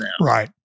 Right